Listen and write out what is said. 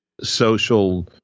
social